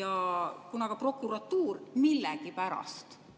ja ka prokuratuur millegipärast